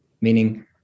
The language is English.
meaning